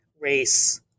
race